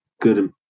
good